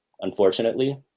unfortunately